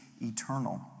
eternal